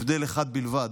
הבדל אחד בלבד,